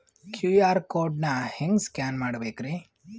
QR code ನಾ ಹೆಂಗ scan ಮಾಡಬೇಕ್ರಿ?